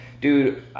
dude